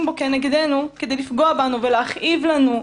משתמשים בו נגדנו כדי לפגוע בנו ולהכאיב לנו.